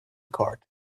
cart